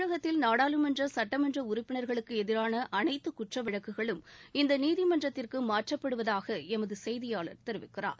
தமிழகத்தில் நாடாளுமன்ற சுட்டமன்ற உறுப்பினர்களுக்கு எதிரான அனைத்து குற்ற வழக்குகளும் இந்த நீதிமன்றத்திற்கு மாற்றப்படுவதாக எமது செய்தியாளர் தெரிவிக்கிறார்